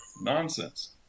nonsense